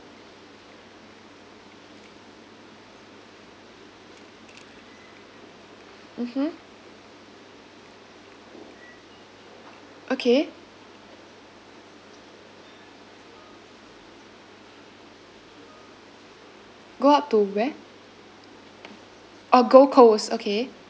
mmhmm okay go up to where orh gold coast okay